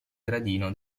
gradino